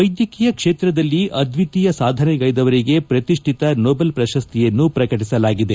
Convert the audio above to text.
ವೈದ್ಯಕೀಯ ಕ್ಷೇತ್ರದಲ್ಲಿ ಅದ್ವಿತೀಯ ಸಾಧನೆಗೈದವರಿಗೆ ಪ್ರತಿಷ್ಠಿತ ನೋಬಲ್ ಪ್ರಶಸ್ತಿಯನ್ನು ಪ್ರಕಟಿಸಲಾಗಿದೆ